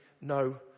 no